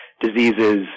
Diseases